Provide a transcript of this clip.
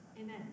Amen